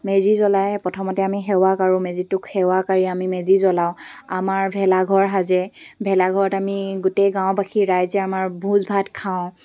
মেজি জ্বলাই প্ৰথমতে আমি সেৱা কৰোঁ মেজিটোক সেৱা কাৰি আমি মেজি জ্বলাওঁ আমাৰ ভেলাঘৰ সাজে ভেলাঘৰত আমি গোটেই গাঁওবাসী ৰাইজে আমাৰ ভোজ ভাত খাওঁ